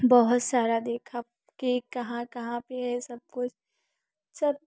बहुत सारा देखा कि कहाँ कहाँ पे है सबकुछ